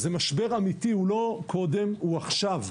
זה משבר אמיתי, הוא לא קודם, הוא עכשיו.